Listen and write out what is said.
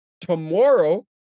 Tomorrow